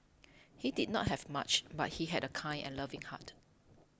he did not have much but he had a kind and loving heart